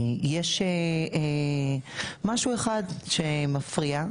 יש משהו אחד שמפריע,